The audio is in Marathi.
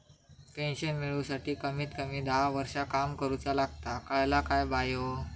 पेंशन मिळूसाठी कमीत कमी दहा वर्षां काम करुचा लागता, कळला काय बायो?